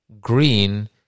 Green